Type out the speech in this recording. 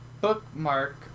bookmark